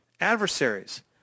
adversaries